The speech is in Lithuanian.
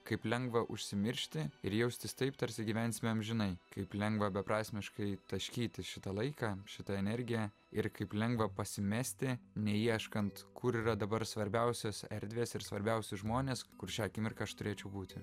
kaip lengva užsimiršti ir jaustis taip tarsi gyvensime amžinai kaip lengva beprasmiškai taškyti šitą laiką šitą energiją ir kaip lengva pasimesti neieškant kur yra dabar svarbiausios erdvės ir svarbiausi žmonės kur šią akimirką aš turėčiau būti